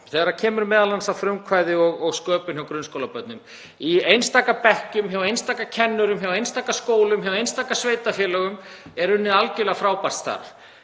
Þegar kemur m.a. að frumkvæði og sköpun hjá grunnskólabörnum í einstaka bekkjum, hjá einstaka kennurum, hjá einstaka skólum, hjá einstaka sveitarfélögum er unnið algerlega frábært starf